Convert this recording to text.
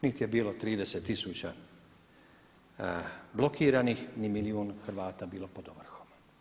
Niti je bilo 30 tisuća blokiranih ni milijun Hrvata bilo pod ovrhom.